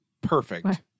Perfect